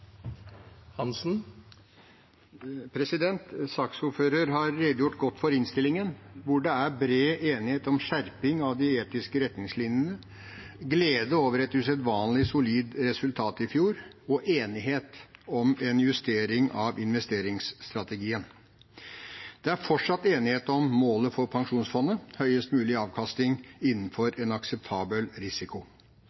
bred enighet om skjerping av de etiske retningslinjene, glede over et usedvanlig solid resultat i fjor og enighet om en justering av investeringsstrategien. Det er fortsatt enighet om målet for pensjonsfondet, høyest mulig avkastning innenfor